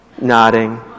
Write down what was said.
Nodding